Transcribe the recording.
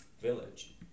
village